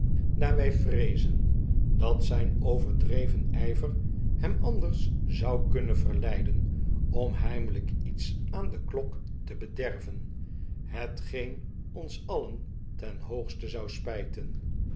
wy vreezen dat zyn overdreven yver hem anders zou kunnen verleiden om heimelyk iets aan de klok te bederven hetgeen ons alien ten hoogste zou spyten